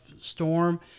storm